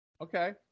okay